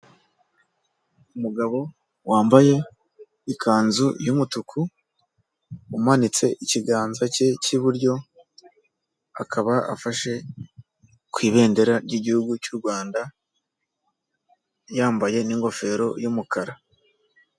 Umugabo wambaye ikanzu y'umutuku umanitse ikiganza cye cy'iburyo, akaba afashe ku ibendera ry'gihugu cy'u Rwanda yambaye n'ingofero y'umukara.